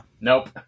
nope